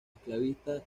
esclavista